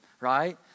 Right